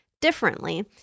differently